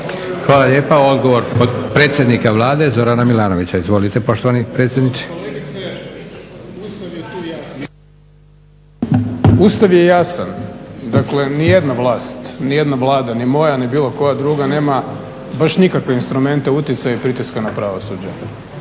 Hvala lijepa. Odgovor predsjednika Vlade Zorana Milanovića. Izvolite poštovani predsjedniče. **Milanović, Zoran (SDP)** Ustav je jasan. Dakle, ni jedna vlast, ni jedna Vlada ni moja, ni bilo koja druga nema baš nikakve instrumente utjecaja i pritiska na pravosuđe